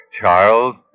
Charles